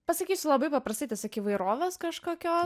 pasakysiu labai paprastai tiesiog įvairovės kažkokio